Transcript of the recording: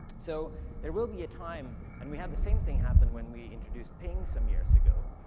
so there will be a time. and we had the same thing happen when we introduced png some years ago.